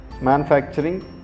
manufacturing